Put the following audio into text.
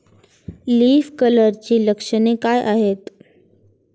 Leaf कर्लची लक्षणे काय आहेत?